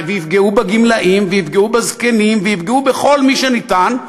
ויפגעו בגמלאים ויפגעו בזקנים ויפגעו בכל מי שניתן,